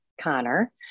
Connor